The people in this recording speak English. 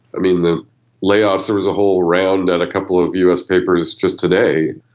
i mean, the layoffs, there was a whole round at a couple of us papers just today.